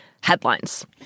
headlines